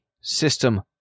system